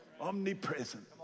Omnipresent